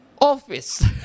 office